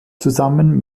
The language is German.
zusammen